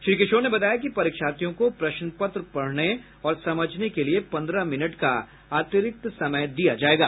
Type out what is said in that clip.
श्री किशोर ने बताया कि परीक्षार्थियों को प्रश्न पत्र पढ़ने और समझने के लिये पंद्रह मिनट का अतिरिक्त समय दिया जायेगा